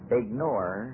ignore